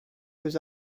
was